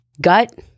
Gut